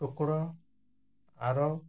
କୁକୁଡ଼ା ଆହାର